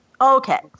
Okay